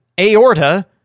aorta